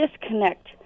disconnect